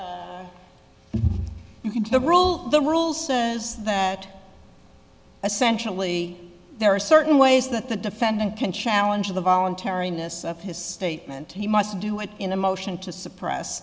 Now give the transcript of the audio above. do the rule the rule says that essentially there are certain ways that the defendant can challenge the voluntariness of his statement he must do it in a motion to suppress